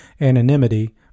anonymity